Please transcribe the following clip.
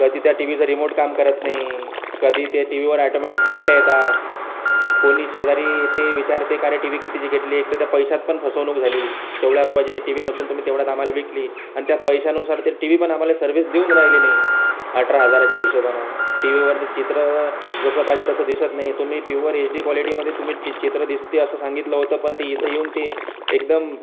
कधी त्या टी व्हीचा रिमोट काम करत नाही कधी त्या टी व्हीवर एटोमॅटिक पट्ट्या येतात कोणी शेजारी ते विचारते का रे टी व्ही कितीची घेतली एक तर त्या पैशात पण फसवणूक झाली तेवढ्या रुपयाची ती टी व्ही नसून तुम्ही तेवढ्यात आम्हाला विकली आणि त्यात पैशांनुसार ते टी व्हीपण आम्हाला सर्विस देऊन राहिली नाही अठरा हजाराच्या हिशोबानं टी व्हीवरचं चित्र जसं पाहिजे तसं दिसत नाही तुम्ही प्युअर एच डी क्वालिटीमधे तुम्ही चित्र दिसते असं सांगितलं होतं पण ते इथं येऊन ते एकदम